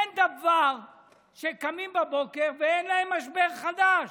אין דבר שקמים בבוקר ואין להם משבר חדש.